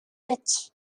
itch